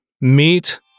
meet